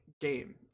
game